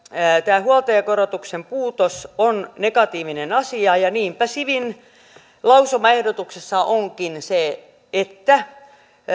tämän huoltajakorotuksen puutos on negatiivinen asia ja niinpä sivin lausumaehdotuksessa onkin se että